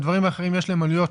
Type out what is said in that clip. לדברים האחרים יש להם עלויות,